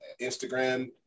Instagram